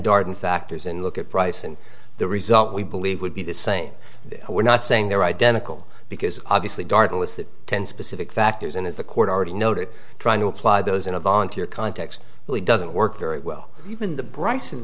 darden actors and look at price and the result we believe would be the same we're not saying they're identical because obviously dartle is that ten specific factors and as the court already noted trying to apply those in a volunteer context really doesn't work very well even the bry